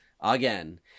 again